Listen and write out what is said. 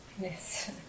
Yes